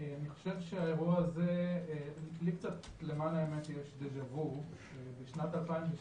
האירוע הזה בשבילי יש בו למען האמת קצת מן דז'ה-וו בשנת 2012